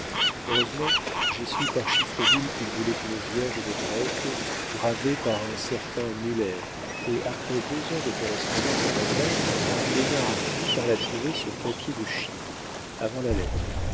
heureusement j'ai su par chiffreville qu'il voulait une vierge de dresde gravée par un certain muller et après deux ans de correspondance en allemagne bénard a fini par la trouver sur papier de chine avant la lettre